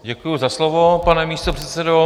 Děkuji za slovo, pane místopředsedo.